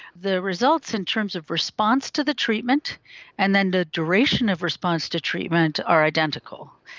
the results in terms of response to the treatment and then the duration of response to treatment are identical.